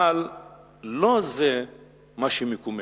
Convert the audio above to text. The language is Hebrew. אבל לא זה מה שמקומם.